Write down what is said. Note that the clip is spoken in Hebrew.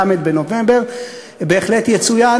ל' בנובמבר בהחלט יצוין,